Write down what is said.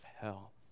hell